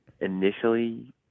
initially